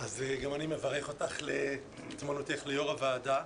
גם אני מברך אותך להתמנותך ליו"ר הוועדה.